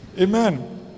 Amen